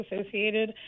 associated